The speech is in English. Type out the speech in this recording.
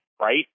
right